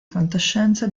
fantascienza